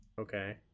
Okay